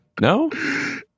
No